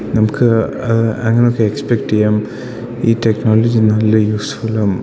നമുക്ക് അങ്ങനെയൊക്കെ എക്സ്പെക്റ്റ് ചെയ്യാം ഈ ടെക്നോളജി നല്ല യൂസ്ഫുള്ളും